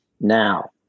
now